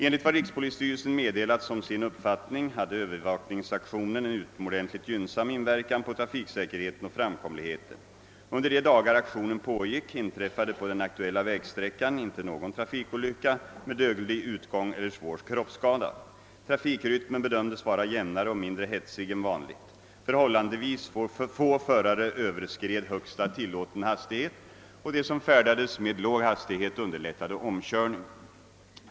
Enligt vad rikspolisstyrelsen meddelat som sin uppfattning hade övervakningsaktionen en utomordentligt gynnsam inverkan på trafiksäkerheten och framkomligheten. Under de dagar aktionen pågick inträffade på den aktuella vägsträckan inte någon trafikolycka med dödlig utgång eller svår kroppsskada. Trafikrytmen bedömdes vara jämnare och mindre hetsig än vanligt. Förhållandevis få förare överskred högsta tillåten hastighet, och de som färdades med låg hastighet underlättade omkörning.